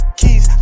keys